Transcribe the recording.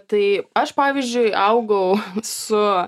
tai aš pavyzdžiui augau su